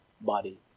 body